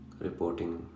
Reporting